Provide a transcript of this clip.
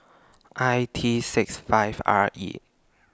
I T six five R E